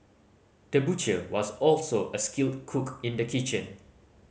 the butcher was also a skilled cook in the kitchen